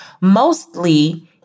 mostly